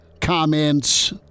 comments